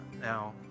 now